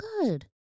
good